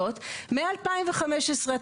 זה מוזכר גם בהיסטוריה וגם בספרות והכול טוב